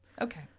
okay